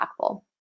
impactful